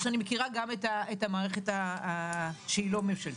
שאני מכירה גם את המערכת שהיא לא ממשלתית.